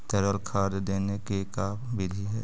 तरल खाद देने के का बिधि है?